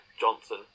Johnson